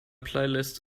playlist